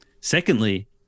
secondly